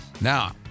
Now